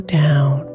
down